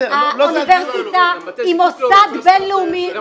האוניברסיטה היא מוסד בינלאומי --- בסדר,